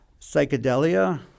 psychedelia